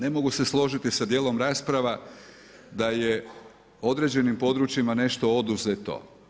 Ne mogu se složiti sa dijelom rasprava da je određenim područjima nešto oduzeto.